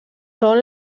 són